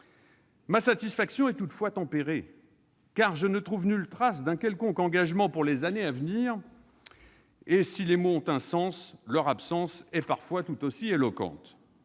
Ma satisfaction est toutefois tempérée, car je ne trouve nulle trace d'un quelconque engagement pour les années à venir. Et si les mots ont un sens, leur absence est parfois tout aussi éloquente